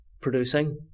producing